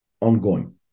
ongoing